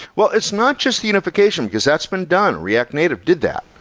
well, it's not just unification, because that's been done. react native did that.